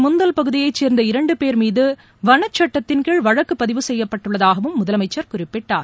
முந்தல் பகுதியைச் சேர்ந்த இரண்டு பேர் மீது வனச் சுட்டத்தின்கீழ் வழக்குப்பதிவு செய்யப்பட்டுள்ளதாகவும் முதலமைச்சர் குறிப்பிட்டார்